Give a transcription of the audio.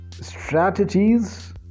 strategies